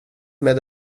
med